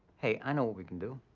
hey, i know what we can do.